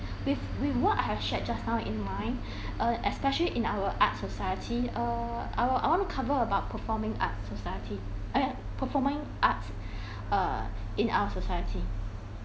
with with what I have shared just now in my uh especially in our arts society err for I will want to cover about performing arts society! aiya! performing arts err in our society